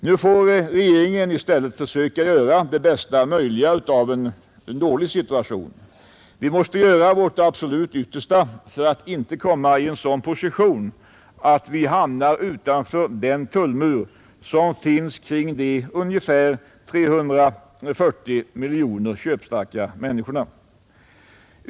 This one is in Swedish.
Nu får regeringen i stället försöka göra det bästa möjliga av en dålig situation. Vi måste göra vårt absolut yttersta för att inte komma i en sådan position att vi hamnar utanför den tullmur som finns kring ungefär 340 miljoner köpstarka människor.